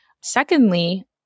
Secondly